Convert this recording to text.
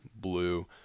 blue